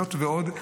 זאת ועוד,